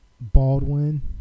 Baldwin